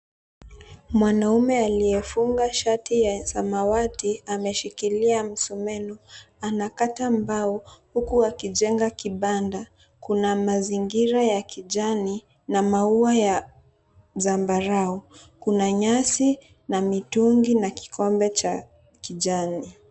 Mwanaume aliyefunga shati ya samawati ameshikilia msumeno anakata mbao huku akijenga kibanda, kuna mazingira ya kijani na maua ya zambarau, kuna nyasi na mitungi na kikombe cha kijani.